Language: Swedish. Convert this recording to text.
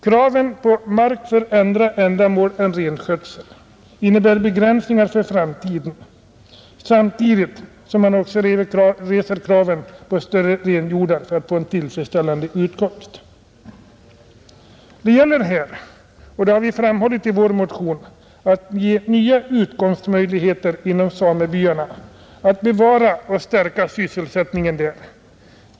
Kraven på mark för andra ändamål än renskötsel innebär begränsningar för framtiden samtidigt som man också reser kraven på större renhjordar för att få en tillfredsställande utkomst. Det gäller här — och det har vi framhållit i vår motion — att ge nya utkomstmöjligheter inom samebyarna, att bevara och stärka sysselsättningen där.